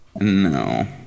No